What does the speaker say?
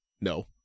no